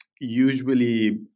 usually